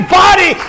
body